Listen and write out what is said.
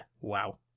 wow